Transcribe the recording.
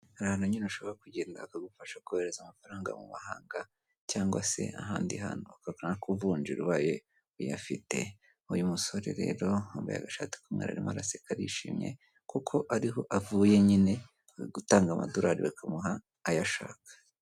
Hari ahantu nyine ushobora kugenda bakagufasha kohereza amafaranga mu mahanga cyangwa se ahandi hantu bakanakuvunjira ubaye uyafite. Uyu musore rero wambaye agashati k'umweru arimo araseka arishimye kuko ariho avuye nyine gutanga amadorari bakamuha ayo ashaka.